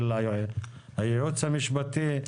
של הייעוץ המשפטי,